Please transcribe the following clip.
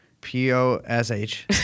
P-O-S-H